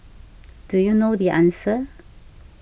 do you know the answer